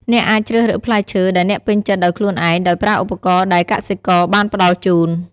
អ្នកអាចជ្រើសរើសផ្លែឈើដែលអ្នកពេញចិត្តដោយខ្លួនឯង ដោយប្រើឧបករណ៍ដែលកសិករបានផ្តល់ជូន។